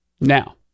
Now